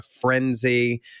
frenzy